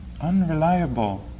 unreliable